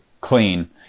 clean